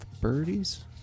birdies